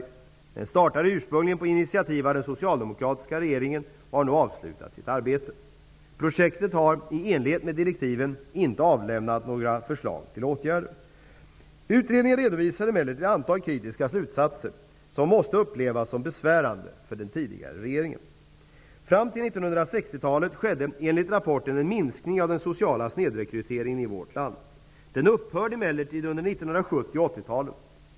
Den startade ursprungligen på initiativ av den socialdemokratiska regeringen och har nu avslutat sitt arbete. Projektet har, i enlighet med direktiven, inte avlämnat några förslag till åtgärder. Utredningen redovisar emellertid ett antal kritiska slutsatser som måste upplevas som besvärande för den tidigare regeringen. Fram till 1960-talet skedde, enligt rapporten, en minskning av den sociala snedrekryteringen i vårt land. Den upphörde emellertid under 1970 och 80 talen.